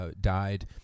died